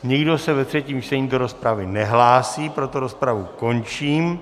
Nikdo se ve třetím čtení do rozpravy nehlásí, proto rozpravu končím.